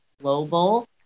Global